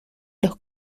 los